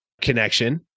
connection